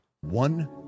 One